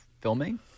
filming